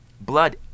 blood